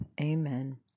Amen